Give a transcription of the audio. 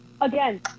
Again